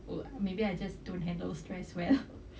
oh maybe I just don't handle stress well